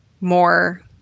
more